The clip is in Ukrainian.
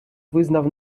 визнав